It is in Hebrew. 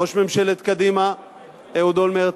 ראש ממשלת קדימה אהוד אולמרט,